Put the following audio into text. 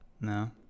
No